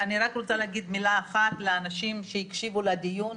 אני רוצה להגיד מילה אחת לאנשים שהקשיבו לדיון,